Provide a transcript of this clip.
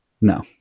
No